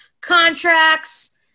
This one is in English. contracts